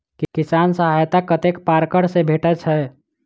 किसान सहायता कतेक पारकर सऽ भेटय छै?